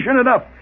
enough